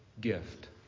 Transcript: gift